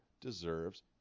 deserves